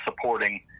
supporting